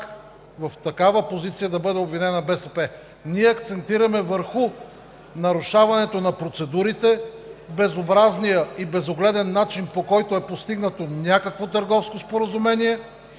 в такава позиция да бъде обвинена БСП. Ние акцентираме върху нарушаването на процедурите – безобразния и безогледен начин, по който е постигнато някакво търговско споразумение